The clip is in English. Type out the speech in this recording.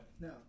No